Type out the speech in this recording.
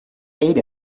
ate